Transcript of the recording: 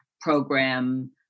program